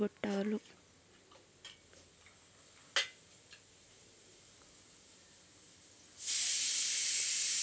ఉద్యానవన పంటలను ఆహారపంటలు మరియు పూల పంపకం అని రెండు రకాలుగా విడగొట్టారు